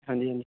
ਹਾਂਜੀ ਹਾਂਜੀ